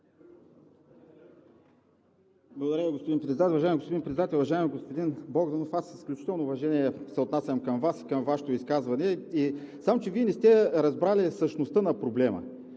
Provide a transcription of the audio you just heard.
Благодаря, господин Председател. Уважаеми господин Председател, уважаеми господин Богданов! Аз с изключително уважение се отнасям към Вас и към Вашето изказване, само че Вие не сте разбрали същността на проблема.